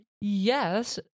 Yes